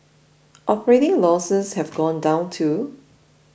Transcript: operating losses have gone down too